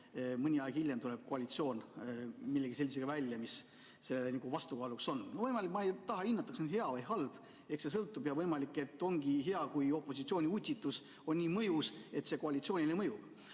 mõni aeg hiljem tuleb koalitsioon millegi sellisega välja, mis sellele vastukaaluks on. Ma ei taha hinnata, kas see on hea või halb, eks see sõltub, ja võimalik, et ongi hea, kui opositsiooni utsitus on nii mõjus, et see koalitsioonile mõjub.